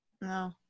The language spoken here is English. No